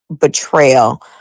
betrayal